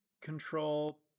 control